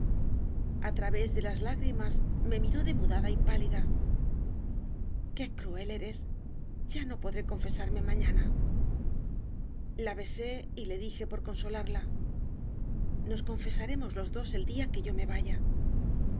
mió a través de las lágrimas me miró demu dada y pálida qué cruel eres ya no podré confe sarme mañana la besé y le dije por consolarla nos confesaremos los dos el día que yo me vaya